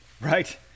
right